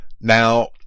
now